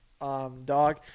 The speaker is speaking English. dog